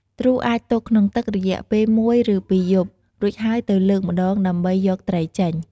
ទ្រូអាចទុកក្នុងទឹករយៈពេលមួយឬពីរយប់ រួចហើយទៅលើកម្តង ដើម្បីយកត្រីចេញ។